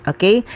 Okay